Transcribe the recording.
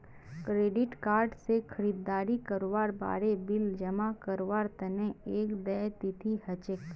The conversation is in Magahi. क्रेडिट कार्ड स खरीददारी करवार बादे बिल जमा करवार तना एक देय तिथि ह छेक